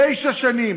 תשע שנים,